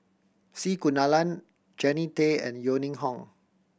C Kunalan Jannie Tay and Yeo Ning Hong